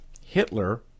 Hitler